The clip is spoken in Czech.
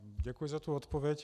Děkuji za odpověď.